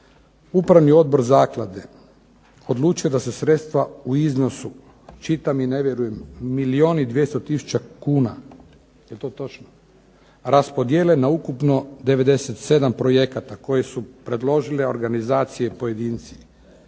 Upravni odbor zaklade odlučio je da se sredstva u iznosu, čitam i ne vjerujem, milijun 200 tisuća kuna. Jel to točno? Raspodijele na ukupno 97 projekata koje su predložile organizacije i pojedinci.